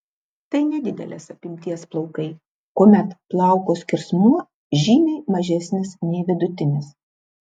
tai nedidelės apimties plaukai kuomet plauko skersmuo žymiai mažesnis nei vidutinis